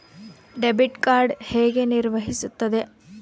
Debit card ಹೇಗೆ ಕಾರ್ಯನಿರ್ವಹಿಸುತ್ತದೆ?